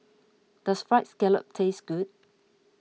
does Fried Scallop taste good